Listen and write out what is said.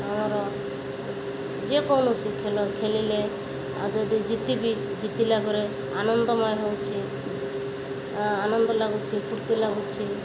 ଆମର ଯେକୌଣସି ଖେଳ ଖେଳିଲେ ଆଉ ଯଦି ଜିତିବି ଜିତିଲା ପରେ ଆନନ୍ଦମୟ ହେଉଛି ଆନନ୍ଦ ଲାଗୁଛି ଫୁର୍ତ୍ତି ଲାଗୁଛି